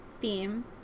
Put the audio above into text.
theme